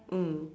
mm